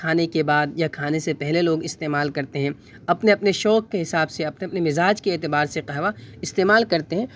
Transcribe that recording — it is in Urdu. کھانے کے بعد یا کھانے سے پہلے لوگ استعمال کرتے ہیں اپنے اپنے شوق کے حساب سے اپنے اپنے مزاج کے اعتبار سے قہوہ استعمال کرتے ہیں